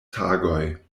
tagoj